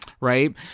Right